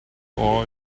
all